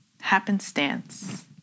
happenstance